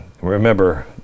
Remember